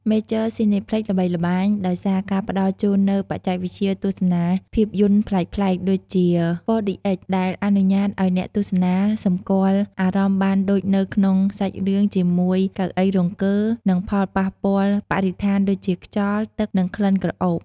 មេចឺ ស៊ីណេផ្លិច (Major Cineplex) ល្បីល្បាញដោយសារការផ្តល់ជូននូវបច្ចេកវិទ្យាទស្សនាភាពយន្តប្លែកៗ ដូចជា ហ្វ័រឌីអិច ដែលអនុញ្ញាតឱ្យអ្នកទស្សនាសម្គាល់អារម្មណ៍បានដូចនៅក្នុងសាច់រឿងជាមួយកៅអីរង្គើ និងផលប៉ះពាល់បរិស្ថានដូចជា ខ្យល់ ទឹក និងក្លិនក្រអូប។